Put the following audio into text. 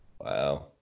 Wow